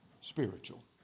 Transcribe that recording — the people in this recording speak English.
Spiritual